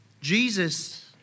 Jesus